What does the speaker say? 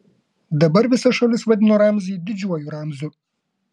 dabar visa šalis vadino ramzį didžiuoju ramziu